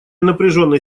напряженной